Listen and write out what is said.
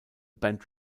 band